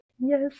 Yes